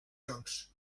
jocs